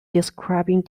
describing